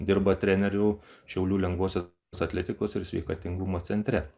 dirba treneriu šiaulių lengvosios atletikos ir sveikatingumo centre